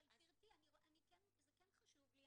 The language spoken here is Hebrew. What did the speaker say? אבל, גברתי, זה כן חשוב לי.